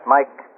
Mike